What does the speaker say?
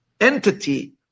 entity